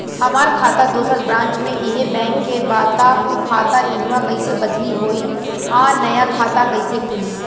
हमार खाता दोसर ब्रांच में इहे बैंक के बा त उ खाता इहवा कइसे बदली होई आ नया खाता कइसे खुली?